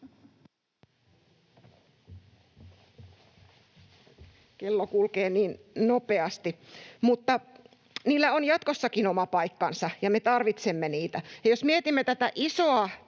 Kello kulkee niin nopeasti. — Mutta niillä on jatkossakin oma paikkansa, ja me tarvitsemme niitä. Jos mietimme tätä isoa